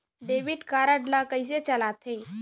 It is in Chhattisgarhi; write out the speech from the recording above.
डेबिट कारड ला कइसे चलाते?